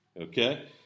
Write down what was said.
okay